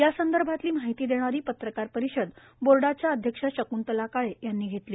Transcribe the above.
यासंदर्भातली माहिती दप्राारी पत्रकार परिषद बोर्डाच्या अध्यक्ष शकृंतला काळ यांनी घप्रली